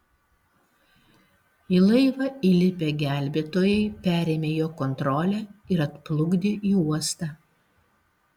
į laivą įlipę gelbėtojai perėmė jo kontrolę ir atplukdė į uostą